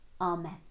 Amen